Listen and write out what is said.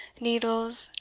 needles,